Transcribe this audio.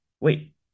wait